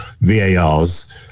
VARs